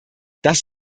das